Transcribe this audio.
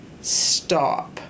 stop